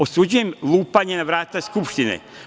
Osuđujem lupanje na vrata Skupštine.